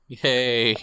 yay